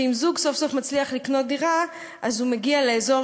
שאם זוג סוף-סוף מצליח לקנות דירה אז הוא מגיע לאזור